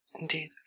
Indeed